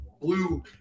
blue